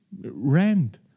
rent